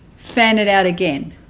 fan it out again